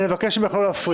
אני מבקש ממך לא להפריע.